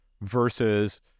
versus